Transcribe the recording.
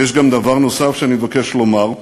ויש גם דבר נוסף שאני מבקש לומר,